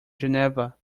geneva